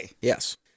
Yes